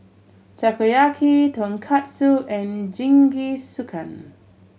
Takoyaki Tonkatsu and Jingisukan